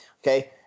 Okay